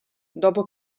dopo